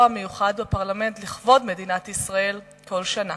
מיוחד בפרלמנט לכבוד מדינת ישראל כל שנה.